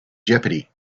jeopardy